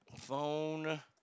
Phone